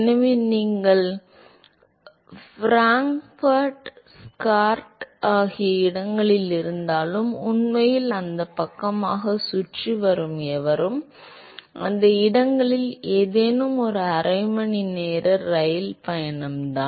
எனவே நீங்கள் Frankfurt Stuttgart ஆகிய இடங்களில் இருந்தாலும் உண்மையில் அந்தப் பக்கமாகச் சுற்றி வரும் எவரும் இந்த இடங்களில் ஏதேனும் ஒரு அரை மணி நேர ரயில் பயணம்தான்